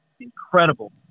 incredible